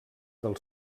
del